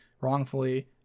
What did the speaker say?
wrongfully